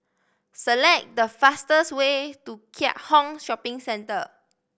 select the fastest way to Keat Hong Shopping Centre